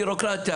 בירוקרטיה,